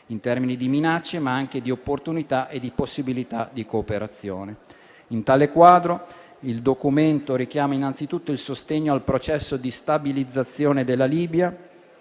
in termini di minacce, ma anche di opportunità e di possibilità di cooperazione. In tale quadro, il documento richiama innanzitutto il sostegno al processo di stabilizzazione della Libia